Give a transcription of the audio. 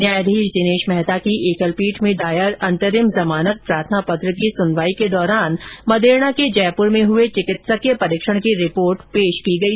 न्यायाधीश दिनेश मेहता की एकलपीठ में दायर अंतरिम जमानत प्रार्थना पत्र की सुनवाई के दौरान मदेरणा के जयपुर में हुए चिकित्सकीय परीक्षण की रिपोर्ट पेश की गई